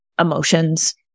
Emotions